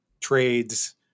Trades